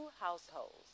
households